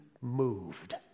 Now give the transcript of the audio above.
moved